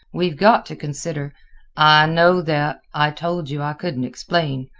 we've got to consider i know that i told you i couldn't explain.